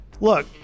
look